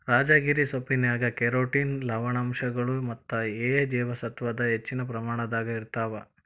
ರಾಜಗಿರಿ ಸೊಪ್ಪಿನ್ಯಾಗ ಕ್ಯಾರೋಟಿನ್ ಲವಣಾಂಶಗಳು ಮತ್ತ ಎ ಜೇವಸತ್ವದ ಹೆಚ್ಚಿನ ಪ್ರಮಾಣದಾಗ ಇರ್ತಾವ